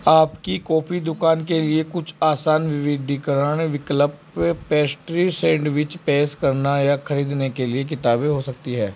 आपकी कॉफी दुकान के लिए कुछ आसान विविधीकरण विकल्प पेशट्री सैंडविच पेश करना या खरीदने के लिए किताबें हो सकती हैं